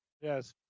Yes